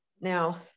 Now